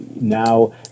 now